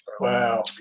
Wow